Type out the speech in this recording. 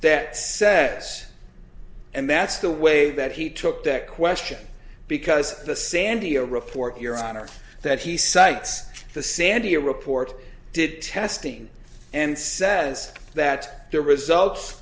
that says and that's the way that he took that question because the sandia report your honor that he cites the sandia report did testing and says that their results